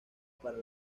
para